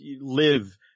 live